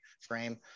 frame